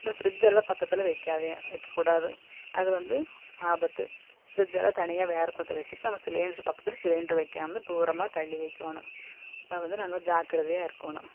அப்புறம் ஃப்ரிட்ஜ் எல்லாம் பக்கத்தில் வைக்காதீங்க வைக்கக்கூடாது அது வந்து ஆபத்து ஃப்ரிட்ஜ் எல்லாம் தனியாக வேறு பக்கம் வச்சிட்டு நம்ம சிலிண்ட்ரு பக்கத்தில் சிலிண்ட்ரு வைக்காம தூரமாக தள்ளி வைக்கணும் அது வந்து நல்லா ஜாக்கிரதையாக இருக்கணும்